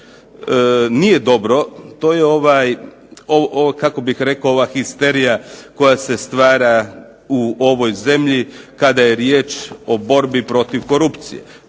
bih rekao, ova histerija koja se stvara u ovoj zemlji kada je riječ o borbi protiv korupcije.